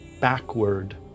backward